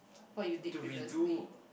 what you did previously